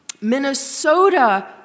Minnesota